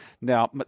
Now